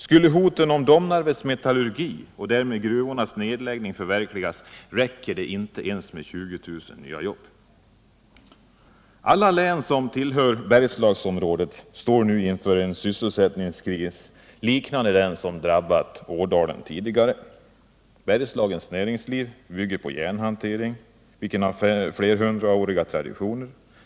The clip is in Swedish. Skulle hoten om nedläggning av Nr 143 Domnarvets metallurgi och därmed gruvorna förverkligas räcker inte ens 20 000 nya jobb. Alla län som tillhör Bergslagsområdet står nu inför en sysselsättningskris liknande den som tidigare drabbat Ådalen. Bergslagens näringsliv bygger på järnhantering, vilken har flerhundraåriga traditioner.